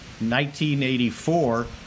1984